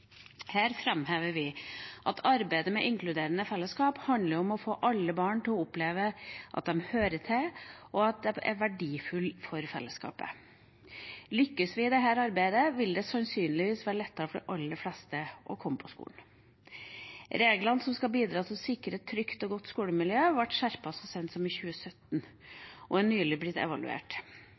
Her framhever vi at arbeidet med inkluderende fellesskap handler om å få alle barn til å oppleve at de hører til og er verdifulle for fellesskapet. Lykkes vi i dette arbeidet, vil det sannsynligvis være lettere for de aller fleste å komme på skolen. Reglene som skal bidra til å sikre et trygt og godt skolemiljø, ble skjerpet så sent som i 2017 og er nylig blitt evaluert.